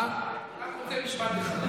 אני רוצה משפט אחד.